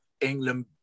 England